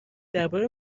درباره